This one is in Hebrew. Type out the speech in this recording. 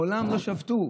מעולם לא שבתו.